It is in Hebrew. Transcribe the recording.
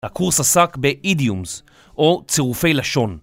הקורס עסק בidioms או צירופי לשון.